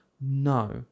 no